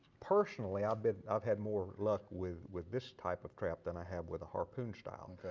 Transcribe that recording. personally, ah but i've had more luck with with this type of trap than i have with the harpoon style.